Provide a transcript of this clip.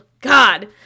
God